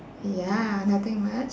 ya nothing much